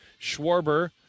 Schwarber